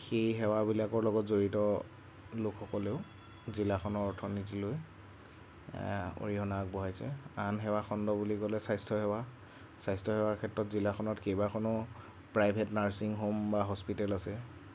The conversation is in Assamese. সেই সেৱাবিলাকৰ লগত জড়িত লোকসকলেও জিলাখনৰ অৰ্থনীতিলৈ অৰিহণা আগবঢ়াইছে আন সেৱা খণ্ড বুলি ক'লে স্বাস্থ্যসেৱা স্বাস্থ্যসেৱাৰ ক্ষেত্ৰত জিলাখনত কেইবাখনো প্ৰাইভেট নাৰ্ছিং হোম বা হস্পিটেল আছে